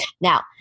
Now